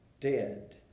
dead